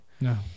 No